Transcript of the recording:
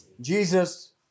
Jesus